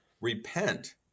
Repent